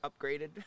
upgraded